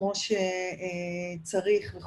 ‫כמו שצריך.